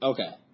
Okay